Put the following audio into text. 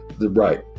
Right